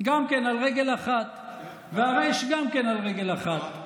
גם כן על רגל אחת, והר' גם כן על רגל אחת.